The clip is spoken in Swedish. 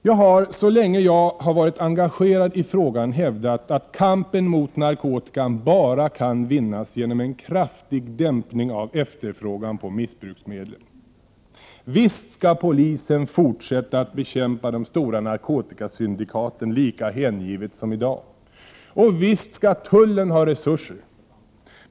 Jag har, så länge som jag varit engagerad i frågan, hävdat att kampen mot narkotikan kan vinnas bara genom en kraftig dämpning av efterfrågan på missbruksmedlen. Visst skall polisen fortsätta att bekämpa de stora narkotikasyndikaten lika hängivet som i dag, och visst skall tullen ha resurser.